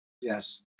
Yes